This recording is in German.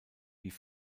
wie